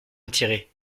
retirés